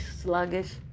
sluggish